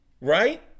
Right